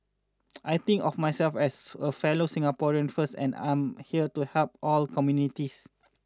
I think of myself as a fellow Singaporean first and I'm here to help all communities